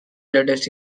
latest